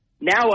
now